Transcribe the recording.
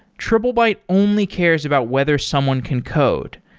triplebyte only cares about whether someone can code.